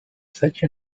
such